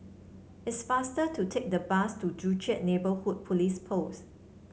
it's faster to take the bus to Joo Chiat Neighbourhood Police Post